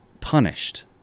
punished